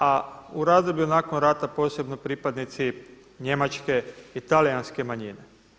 A u razdoblju nakon rata posebno pripadnici njemačke i talijanske manjine.